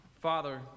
Father